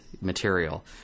material